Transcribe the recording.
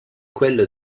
quello